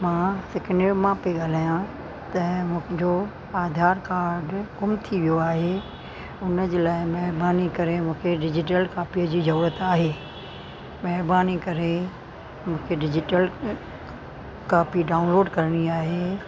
मां फिकनिर मां पई ॻाल्हायां त मुंहिंजो आधार कार्ड गुम थी वियो आहे उन जे लाइ महिरबानी करे मूंखे डिजीटल कापीअ जी ज़रूरत आहे महिरबानी करे मूंखे डिजीटल कापी डाउनलोड करिणी आहे